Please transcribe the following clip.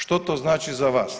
Što to znači za vas?